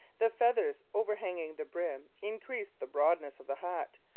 the feathers overhanging the brim increased the broadness of the hat,